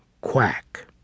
quack